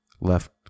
left